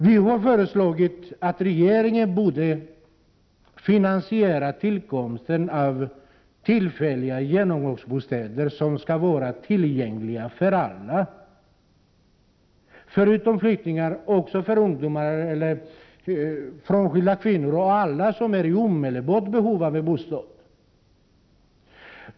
Vi har föreslagit att regeringen borde finansiera tillkomsten av tillfälliga genomgångsbostäder som skulle vara tillgängliga för alla. Förutom för flyktingar skulle de också vara tillgängliga för ungdomar, frånskilda kvinnor eller andra som är i omedelbart behov av en bostad.